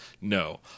no